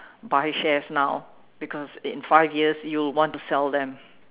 buy shares now because in five years you would want to sell them